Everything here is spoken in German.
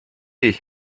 ich